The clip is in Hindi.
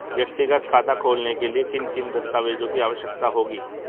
व्यक्तिगत खाता खोलने के लिए किन किन दस्तावेज़ों की आवश्यकता होगी?